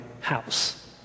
house